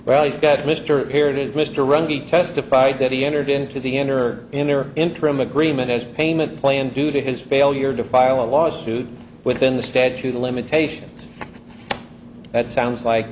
well he's got mr heritage mr wrong he testified that he entered into the enter enter interim agreement as payment plan due to his failure to file a lawsuit within the statute of limitations that sounds like